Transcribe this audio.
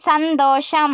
സന്തോഷം